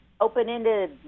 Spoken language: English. open-ended